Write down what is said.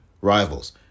rivals